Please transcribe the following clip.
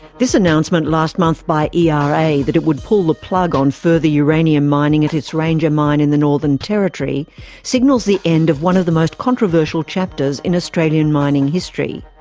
this announcement last month by yeah ah era that it would pull the plug on further uranium mining at its ranger mine in the northern territory signals the end of one of the most controversial chapters in australian mining history.